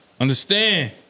Understand